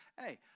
hey